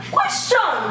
Question